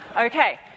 Okay